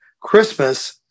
Christmas